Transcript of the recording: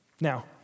Now